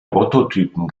prototypen